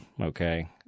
Okay